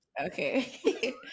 Okay